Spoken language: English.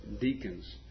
deacons